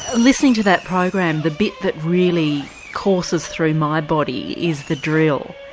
listening to that program, the bit that really courses through my body is the drill,